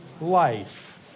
life